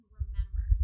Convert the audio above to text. remember